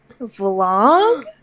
Vlog